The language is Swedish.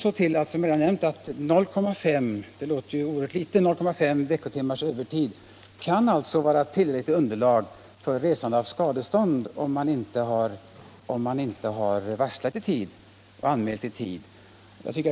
0,5 veckotimmars övertid — det låter väldigt litet — kan vara tillräckligt underlag för resande av skadeståndsanspråk, om man inte har varslat i tid.